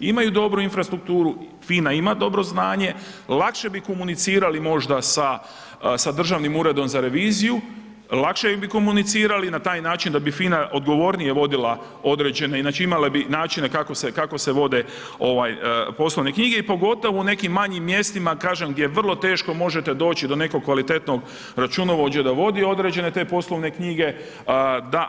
Imaju dobru infrastrukturu, FINA ima dobro znanje, lakše bi komunicirali možda se Državnim urednom za reviziju, lakše bi komunicirali na taj način da bi FINA odgovornije vodila određene, znači imala bi načine kako se, kako se vode ovaj poslovne knjige i pogotovo u nekim manjim mjestima gdje vrlo teško možete doći do nekog kvalitetnog računovođe na vodi određene te poslovne knjige,